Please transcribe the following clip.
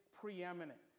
preeminent